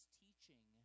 teaching